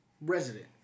resident